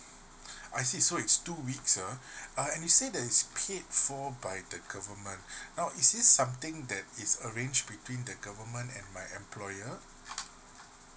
I see so it's two weeks ah uh and you say that it's paid for by the government now is this something that is arranged between the government and my employer